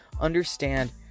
understand